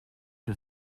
sur